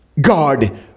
God